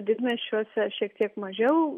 didmiesčiuose šiek tiek mažiau